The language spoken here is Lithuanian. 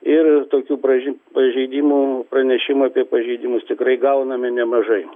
ir tokių praži pažeidimų pranešimų apie pažeidimus tikrai gauname nemažai